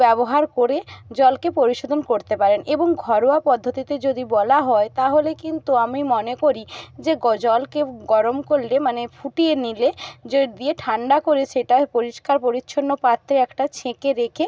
ব্যবহার করে জলকে পরিশোধন করতে পারেন এবং ঘরোয়া পদ্ধতিতে যদি বলা হয় তাহলে কিন্তু আমি মনে করি যে গ জলকে গরম করলে মানে ফুটিয়ে নিলে যে দিয়ে ঠান্ডা করে সেটা পরিষ্কার পরিচ্ছন্ন পাত্রে একটা ছেঁকে রেখে